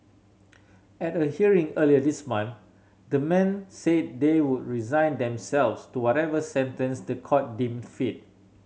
at a hearing earlier this month the men said they would resign themselves to whatever sentence the court deemed fit